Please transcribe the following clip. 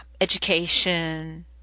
education